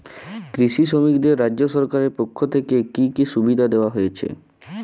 কৃষি শ্রমিকদের রাজ্য সরকারের পক্ষ থেকে কি কি সুবিধা দেওয়া হয়েছে?